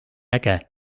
äge